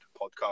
Podcast